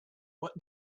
what